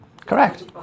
correct